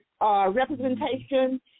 Representation